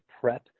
prep